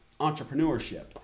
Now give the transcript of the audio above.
entrepreneurship